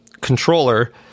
controller